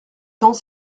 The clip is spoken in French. temps